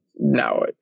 now